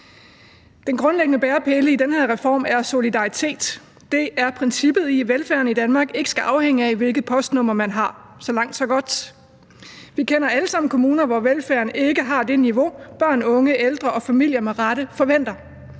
Den grundlæggende bærepille i den her reform er solidaritet. Det er princippet om, at velfærden i Danmark ikke skal afhænge af, hvilket postnummer man har. Så langt, så godt. Vi kender alle sammen kommuner, hvor velfærden ikke har det niveau, som børn, unge, ældre og familier med rette forventer.